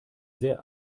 sehr